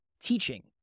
teaching